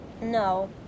no